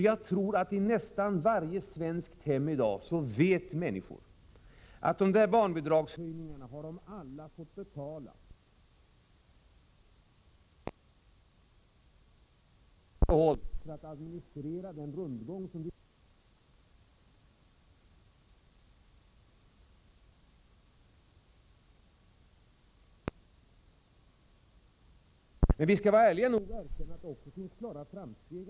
Jag tror att i nästan varje svenskt hem i dag människorna vet att de själva har fått betala de där barnbidragshöjningarna i form av ökade skatter — och litet grand har staten behållit för att administrera den rundgång som det innebär att beskatta människor och ge dem bidrag tillbaka. Människorna har redan genomskådat detta. Men vi skall vara ärliga nog att erkänna att det också finns klara framsteg att peka på i den ekonomiska utvecklingen.